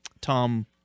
tom